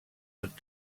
but